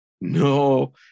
No